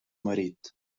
marit